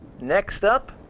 next up